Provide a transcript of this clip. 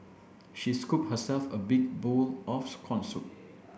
she scooped herself a big bowl of corn soup